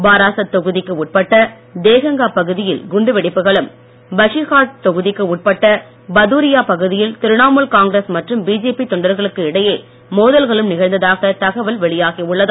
பாராசத் தொகுதிக்கு உட்பட்ட தேகங்கா பகுதியில் குண்டு வெடிப்புகளும் பஷீர்ஹாட் தொகுதிக்கு உட்பட்ட பதூரியா பகுதியில் திரிணாமூல் காங்கிரஸ் மற்றும் பிஜேபி தொண்டர்களுக்கு இடையே மோதல்களும் நிகழ்ந்ததாக தகவல் வெளியாகியுள்ளது